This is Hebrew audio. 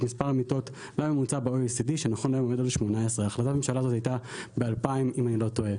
מספר המיטות לממוצע ב-OECD שנכון להיום עומד על 18. החלטת הממשלה הזאת הייתה ב-2016 אם אני לא טועה,